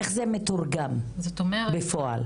איך זה מתורגם בפועל?